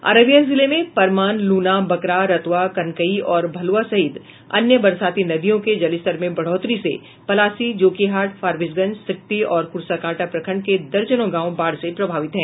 अररिया जिले में परमान लूना बकरा रतवा कनकई और भलुआ सहित अन्य बरसाती नदियों के जलस्तर में बढ़ोतरी से पलासी जोकीहाट फारबिसगंज सिकटी और कुर्साकांटा प्रखंड के दर्जनों गांव बाढ़ से प्रभावित हैं